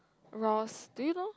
Rozz do you know